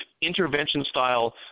intervention-style